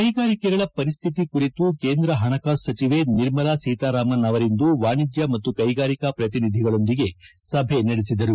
ಕೈಗಾರಿಕೆಗಳ ಪರಿಶ್ಠಿತಿ ಕುರಿತು ಕೇಂದ್ರ ಪಣಕಾಸು ಸಚವೆ ನಿರ್ಮಲಾ ಸೀತಾರಾಮನ್ ಅವರಿಂದು ವಾಣಿಜ್ಯ ಮತ್ತು ಕೈಗಾರಿಕಾ ಪ್ರಕಿನಿಧಿಗಳೊಂದಿಗೆ ಸಭೆ ನಡೆಸಿದರು